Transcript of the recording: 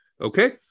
Okay